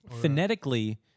Phonetically